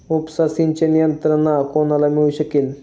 उपसा सिंचन यंत्रणा कोणाला मिळू शकेल?